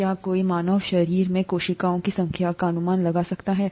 क्या कोई मानव शरीर में कोशिकाओं की संख्या का अनुमान लगा सकता है